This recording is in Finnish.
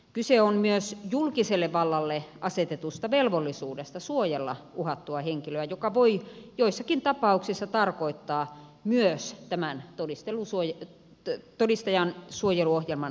kyse on myös julkiselle vallalle asetetusta velvollisuudesta suojella uhattua henkilöä mikä voi joissakin tapauksissa tarkoittaa myös tämän todistajansuojeluohjelman aloittamista